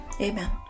Amen